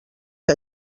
que